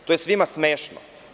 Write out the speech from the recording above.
To je svima smešno.